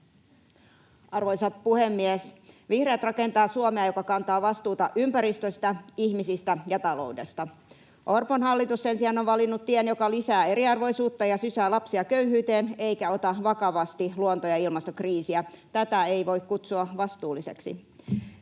Arvoisa puhemies! Vihreät rakentavat Suomea, joka kantaa vastuuta ympäristöstä, ihmisistä ja taloudesta. Orpon hallitus sen sijaan on valinnut tien, joka lisää eriarvoisuutta ja sysää lapsia köyhyyteen eikä ota vakavasti luonto‑ ja ilmastokriisiä. Tätä ei voi kutsua vastuulliseksi.